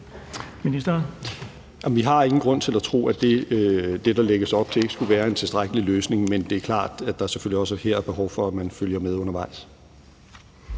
Vi har ingen grund til at tro, at det, der lægges op, ikke skulle være en tilstrækkelig løsning, men det er klart, at der selvfølgelig også her er behov for, at man følger med undervejs.